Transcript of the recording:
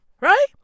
Right